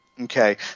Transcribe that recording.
Okay